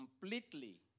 completely